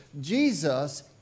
Jesus